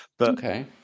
Okay